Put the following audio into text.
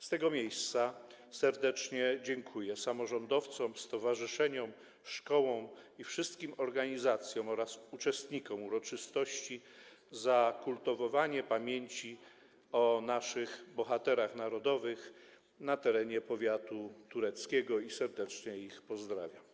Z tego miejsca serdecznie dziękuję samorządowcom, stowarzyszeniom, szkołom i wszystkim organizacjom oraz uczestnikom uroczystości za kultywowanie pamięci o naszych bohaterach narodowych na terenie powiatu tureckiego i serdecznie ich pozdrawiam.